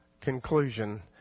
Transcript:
conclusion